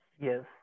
Yes